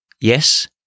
Yes